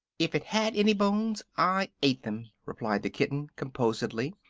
if it had any bones, i ate them, replied the kitten, composedly,